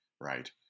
right